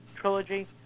Trilogy